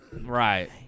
Right